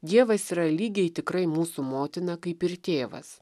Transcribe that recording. dievas yra lygiai tikrai mūsų motina kaip ir tėvas